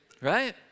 right